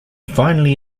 finally